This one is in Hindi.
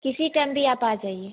किसी टाइम भी आप आ जाइए